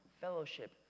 fellowship